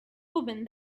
woman